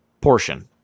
portion